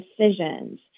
decisions